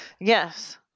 yes